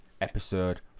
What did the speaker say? episode